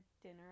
dinner